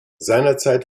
seinerzeit